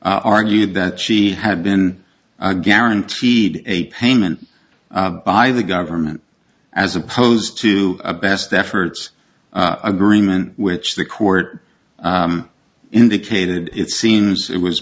argued that she had been guaranteed a payment by the government as opposed to a best efforts agreement which the court indicated it seems it was